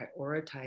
prioritize